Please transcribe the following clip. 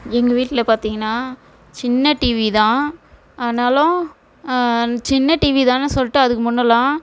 எங்கள் வீட்டில் பார்த்தீங்கன்னா சின்ன டிவி தான் ஆனாலும் சின்ன டிவி தான்னு சொல்லிட்டு அதுக்கு முன்னெல்லாம்